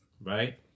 Right